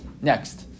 next